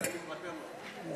לכן אני מוותר לו.